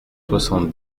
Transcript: soixante